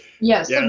Yes